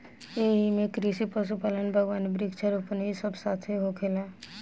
एइमे कृषि, पशुपालन, बगावानी, वृक्षा रोपण इ सब साथे साथ होखेला